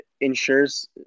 ensures